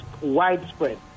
widespread